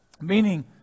Meaning